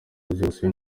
zibasiwe